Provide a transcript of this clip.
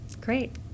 Great